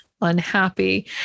unhappy